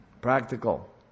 Practical